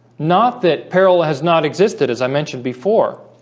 not that peril has not existed as i mentioned before